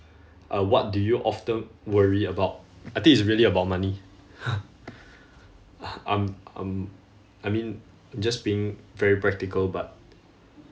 uh what do you often worry about I think it's really about money I'm I'm I mean just being very practical but